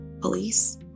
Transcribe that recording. Police